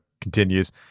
continues